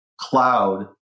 cloud